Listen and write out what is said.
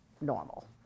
normal